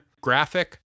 graphic